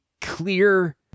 clear